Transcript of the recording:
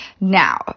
now